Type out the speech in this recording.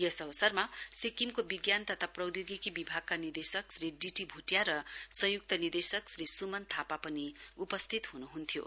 यस अवसरमा सिक्किमको विज्ञान तथा प्रौधोगिकी विभागका निदेश्क श्री डीटी भुटिया र संयुक्त निदेशक श्री सुमन थापा पनि उपस्थित हुनुहुन्थ्यो